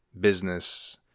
business